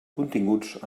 continguts